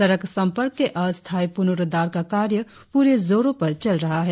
सड़क संपर्क के अस्थायी पुनरुद्धार का कार्य पूरे जोड़ों पर चल रहा है